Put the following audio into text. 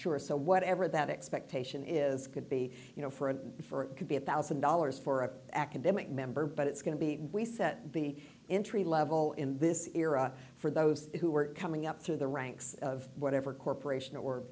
sure so whatever that expectation is could be you know for a for it could be a one thousand dollars for an academic member but it's going to be we set the intrigue level in this era for those who were coming up through the ranks of whatever corporation or